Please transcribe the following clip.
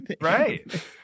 Right